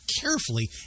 carefully